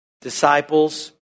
Disciples